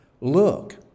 Look